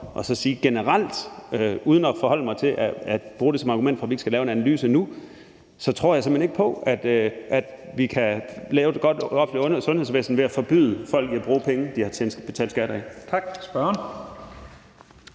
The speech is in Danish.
og sige det generelt uden at forholde mig til at skulle bruge det som argument for, at vi ikke skal lave en analyse nu. Jeg tror simpelt hen ikke på, at vi kan lave et godt offentligt sundhedsvæsen ved at forbyde folk at bruge penge, de har tjent og